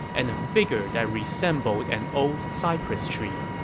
and a figure that resembled an old cypress tree.